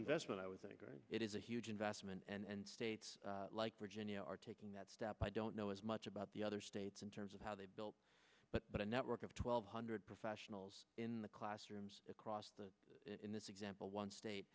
investment i was it is a huge investment and states like virginia are taking that step i don't know as much about the other states in terms of how they build but but a network of twelve hundred professionals in the classrooms across the in this example one state